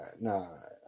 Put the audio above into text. no